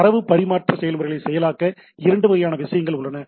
தரவு பரிமாற்ற செயல்முறையை செயலாக்க இரண்டு வகையான விஷயங்கள் உள்ளன